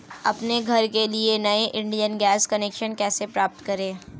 अपने घर के लिए नया इंडियन गैस कनेक्शन कैसे प्राप्त करें?